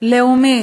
לאומי